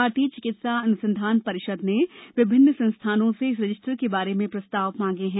भारतीय चिकित्सा अनुसंधान परिषद ने विभिन्न संस्थाओं से इस रजिस्टर के बारे में प्रस्ताव मांगे हैं